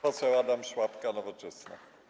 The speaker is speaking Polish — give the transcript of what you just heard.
Poseł Adam Szłapka, Nowoczesna.